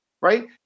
right